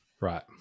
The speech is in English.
right